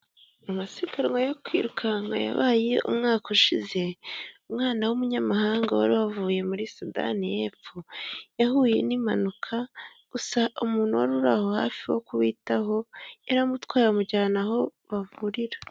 Amasiganwa yo kwirukanka yabaye umwaka ushize, umwana w'umunyamahanga wari wavuye muri Sudan y'epfo yahuye n'impanuka gusa umuntu wari uri aho hafi wo kubitaho yaramutwaye amujyana aho bavurira.